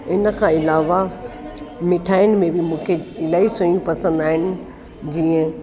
इन खां इलावा मिठाइनि में बि मूंखे इलाही शयूं पसंदि आहिनि जीअं